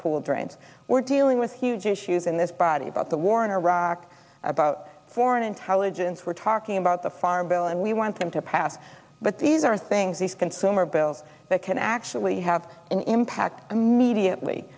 pool drain we're dealing with huge issues in this body about the war in iraq about foreign intelligence we're talking about the farm bill and we want them to pass but these are things these consumer bills that can actually have an impact immediately